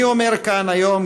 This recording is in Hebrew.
אני אומר כאן היום,